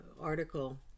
article